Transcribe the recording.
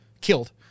killed